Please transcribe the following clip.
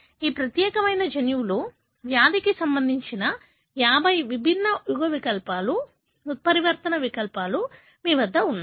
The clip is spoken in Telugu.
ఈ ప్రత్యేకమైన జన్యువులో వ్యాధికి సంబంధించిన 50 విభిన్న యుగ్మవికల్పాలు ఉత్పరివర్తన యుగ్మవికల్పాలు మీ వద్ద ఉన్నాయి